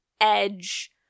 edge